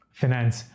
finance